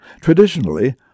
Traditionally